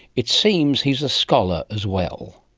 it seems he's a scholar as well